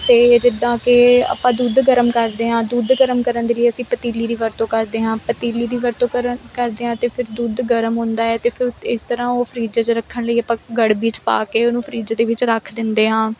ਅਤੇ ਜਿੱਦਾਂ ਕਿ ਆਪਾਂ ਦੁੱਧ ਗਰਮ ਕਰਦੇ ਹਾਂ ਦੁੱਧ ਗਰਮ ਕਰਨ ਦੇ ਲਈ ਅਸੀਂ ਪਤੀਲੀ ਦੀ ਵਰਤੋਂ ਕਰਦੇ ਹਾਂ ਪਤੀਲੀ ਦੀ ਵਰਤੋਂ ਕਰਨ ਕਰਦੇ ਆਂ ਅਤੇ ਫਿਰ ਦੁੱਧ ਗਰਮ ਹੁੰਦਾ ਏ ਅਤੇ ਫਿਰ ਇਸ ਤਰ੍ਹਾਂ ਉਹ ਫਰਿਜ 'ਚ ਰੱਖਣ ਲਈ ਆਪਾਂ ਗੜਵੀ 'ਚ ਪਾ ਕੇ ਉਹਨੂੰ ਫਰਿਜ ਦੇ ਵਿੱਚ ਰੱਖ ਦਿੰਦੇ ਹਾਂ